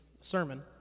sermon